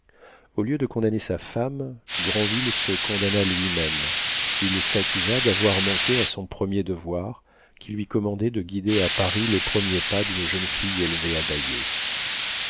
au lieu de condamner sa femme granville se condamna lui-même il s'accusa d'avoir manqué à son premier devoir qui lui commandait de guider à paris les premiers pas d'une jeune fille élevée à bayeux